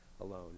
alone